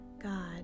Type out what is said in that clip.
God